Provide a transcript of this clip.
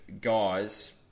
guys